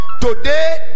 today